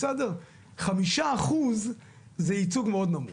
חמישה אחוז זה ייצוג מאוד נמוך.